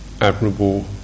admirable